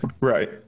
Right